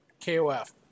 KOF